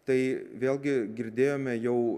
tai vėlgi girdėjome jau